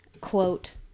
Quote